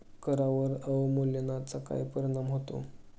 करांवर अवमूल्यनाचा काय परिणाम होतो?